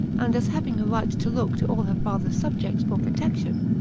and as having a right to look to all her father's subjects for protection.